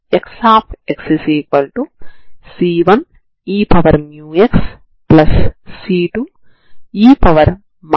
పూర్తి డొమైన్ లో d'Alembert పరిష్కారం ఎంత